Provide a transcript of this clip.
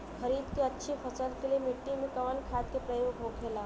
खरीद के अच्छी फसल के लिए मिट्टी में कवन खाद के प्रयोग होखेला?